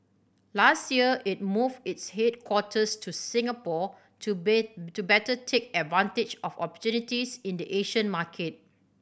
last year it move its headquarters to Singapore to bet to better take advantage of opportunities in the Asian market